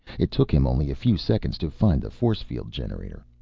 it took him only a few seconds to find the force field generator.